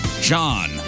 John